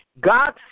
God